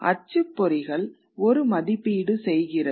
அச்சுப்பொறிகள் ஒரு மதிப்பீடுசெய்கிறது